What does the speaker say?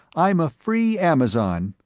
i'm a free amazon,